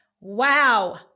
Wow